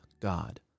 God